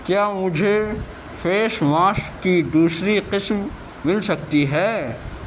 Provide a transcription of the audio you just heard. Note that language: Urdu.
کیا مجھے فیش ماشک کی دوسری قسم مل سکتی ہے